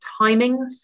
timings